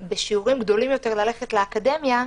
בשיעורים גדולים יותר כמי שהולכות לאקדמיה,